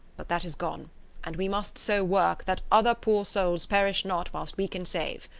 but that is gone and we must so work, that other poor souls perish not, whilst we can save.